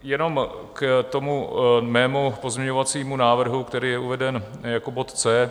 Jenom k tomu mému pozměňovacímu návrhu, který je uveden jako bod C.